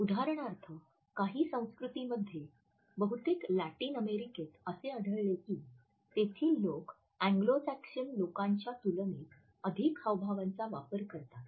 उदाहरणार्थ काही संस्कृतीमध्ये बहुतेक लॅटिन अमेरिकेत असे आढळले की तेथील लोक अॅंग्लो सॅक्सन लोकांच्या तुलनेत अधिक हावभावांचा वापर करतात